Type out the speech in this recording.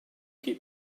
keep